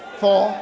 four